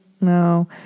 No